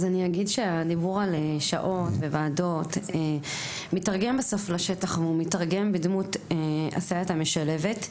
הדיבור על שעות וועדות מתורגם לשטח והוא מתורגם בדמות הסייעת המשלבת,